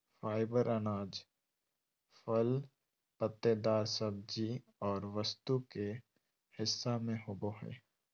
fibre अनाज, फल पत्तेदार सब्जी और वस्तु के हिस्सा में होबो हइ